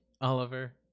Oliver